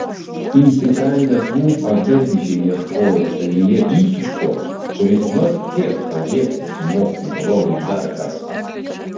įsikandęs lūpą bergždžiai ieškojo savyje įsiūčio kuris nors kiek padėtų smogti broliui dar kartą